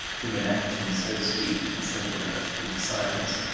whom an action so sweet and simple hushed into silence,